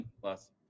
plus